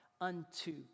unto